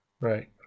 right